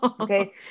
Okay